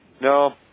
No